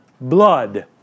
blood